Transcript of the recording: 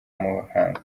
muhanga